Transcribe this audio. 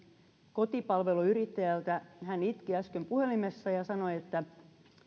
kotipalveluyrittäjältä hän itki äsken puhelimessa ja sanoi että